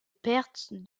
perth